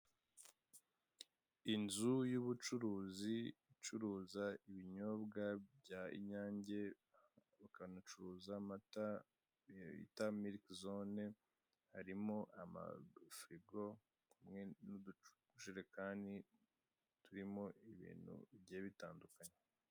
Inzu y'ubucuruzi icuruza ibinyobwa bya inyange rukanacuruza amata bita miliki zone, harimo ama furigo hamwe n'utujerekani turimo ibintu bigiye bitandukanye